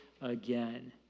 again